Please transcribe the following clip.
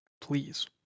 please